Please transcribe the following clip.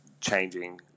changing